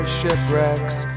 shipwreck's